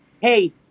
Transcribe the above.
hey